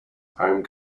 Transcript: home